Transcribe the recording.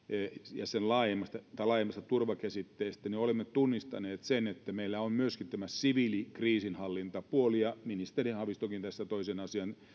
ja laajemmasta turvakäsitteestä puhuneet olemme tunnistaneet sen että meillä on myöskin tämä siviilikriisinhallintapuoli ministeri haavistokin tässä toi sen asian